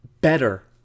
better